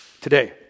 Today